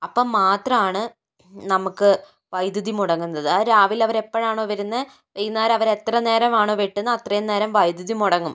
അപ്പോൾ മാത്രമാണ് നമുക്ക് വൈദ്യുതി മുടങ്ങുന്നത് ആ രാവിലെ അവരെപ്പോഴാണോ വരുന്നത് വൈകുന്നേരം അവരെത്ര നേരമാണോ വെട്ടുന്നത് അത്രയും നേരം വൈദ്യുതി മുടങ്ങും